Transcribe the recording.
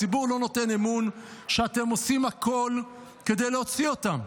הציבור לא נותן אמון שאתם עושים הכול כדי להוציא אותם.